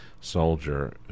soldier